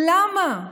למה?